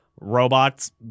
robots